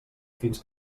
fins